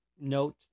note